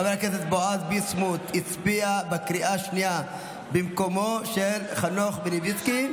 חבר הכנסת בועז ביסמוט הצביע בקריאה השנייה במקומו של חנוך מלביצקי.